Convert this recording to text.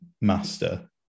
master